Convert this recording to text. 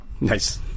Nice